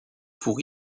pour